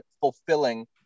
fulfilling